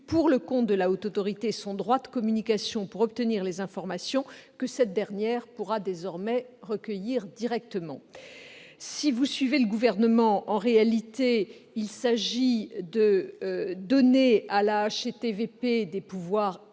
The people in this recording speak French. pour le compte de la Haute Autorité son droit de communication pour obtenir les informations que cette dernière pourra désormais recueillir directement. En réalité, il s'agit de donner à la HATVP des pouvoirs